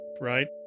right